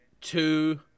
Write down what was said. two